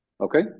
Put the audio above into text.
Okay